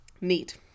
Neat